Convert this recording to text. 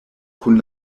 kun